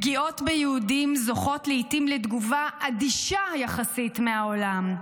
פגיעות ביהודים זוכות לתגובה אדישה יחסית מהעולם,